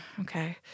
okay